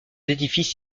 édifices